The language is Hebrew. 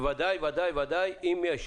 בוודאי ובוודאי אם יש